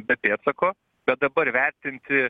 be pėdsako bet dabar vertinti